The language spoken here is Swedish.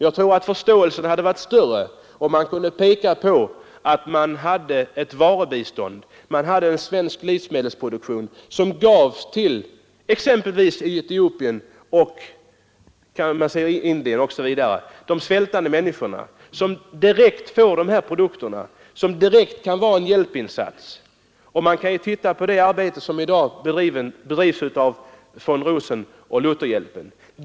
Jag tror att förståelsen för u-landsproblemen skulle bli större om vi kunde påvisa att vi gav ett varubestånd genom en svensk livsmedelsproduktion exempelvis till Etiopien och Indien, där de svältande människorna direkt fick dessa produkter. Vi kan se på det arbete som i dag bedrivs av von Rosen och Lutherhjälpen.